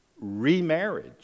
remarriage